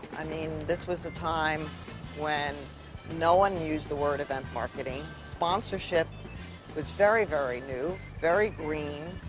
i mean, this was a time when no one used the word event marketing. sponsorship was very, very new, very green.